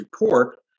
report